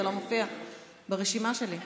אתה לא מופיע ברשימה שלי.